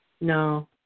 No